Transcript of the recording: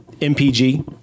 MPG